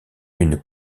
une